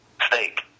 steak